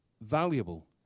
valuable